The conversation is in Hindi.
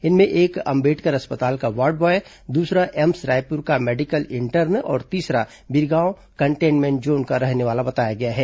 इनमें एक अंबेडबर अस्पताल का वार्ड ब्वॉय दूसरा एम्स रायपुर का मेडिकल इंटर्न और तीसरा बिरगांव कंटेन्मेंट जोन का रहने वाला बताया गया है